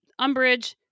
Umbridge